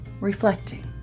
reflecting